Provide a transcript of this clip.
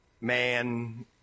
man